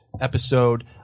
episode